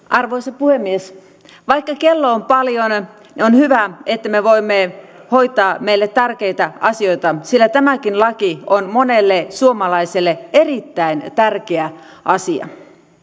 arvoisa puhemies vaikka kello on paljon on hyvä että me voimme hoitaa meille tärkeitä asioita tämäkin laki on monelle suomalaiselle erittäin tärkeä asia